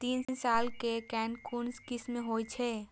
तीन साल कै कुन स्कीम होय छै?